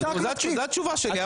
זו התשובה שלי.